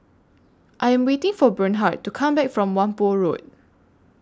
I Am waiting For Bernhard to Come Back from Whampoa Road